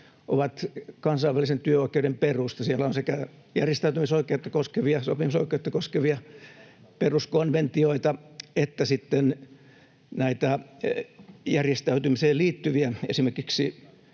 ovat kansainvälisen työoikeuden perusta. Siellä on sekä järjestäytymisoikeutta koskevia, sopimusoikeutta koskevia peruskonventioita että näitä järjestäytymiseen liittyviä, esimerkiksi